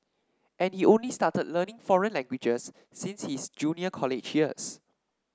and he only started learning foreign languages since his junior college years